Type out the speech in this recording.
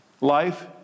life